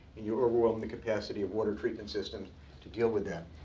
and you overwhelm the capacity of water treatment systems to deal with that.